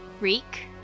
Reek